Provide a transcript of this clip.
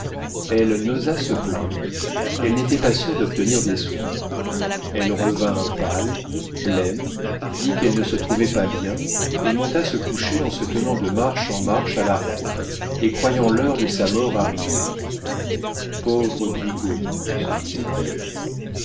elle n'osa se plaindre elle n'était pas sûre d'obtenir des soins elle revint pâle blême dit qu'elle ne se trouvait pas bien et monta se coucher en se tenant de marche en marche à la rampe et croyant l'heure de sa mort arrivée pauvre brigaut se disait-elle